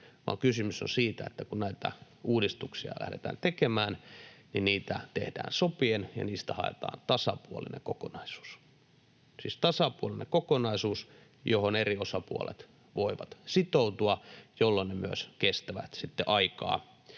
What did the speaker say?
kysymys on siitä, että kun näitä uudistuksia lähdetään tekemään, niin niitä tehdään sopien ja niistä haetaan tasapuolinen kokonaisuus — siis tasapuolinen kokonaisuus, johon eri osapuolet voivat sitoutua, jolloin ne myös kestävät aikaa